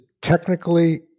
technically